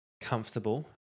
comfortable